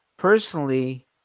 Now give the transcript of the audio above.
Personally